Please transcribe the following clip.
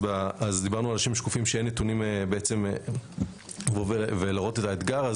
אז דיברנו על אנשים שקופים שאין נתונים בעצם ולראות את האתגר.